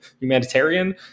humanitarian